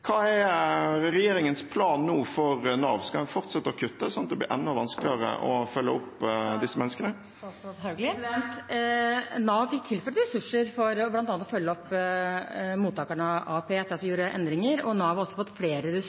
Hva er regjeringens plan nå for Nav? Skal man fortsette å kutte, sånn at det blir enda vanskeligere å følge opp disse menneskene? Nav fikk tilført ressurser for bl.a. å følge opp mottakerne av AAP etter at vi gjorde endringer, og Nav har også fått flere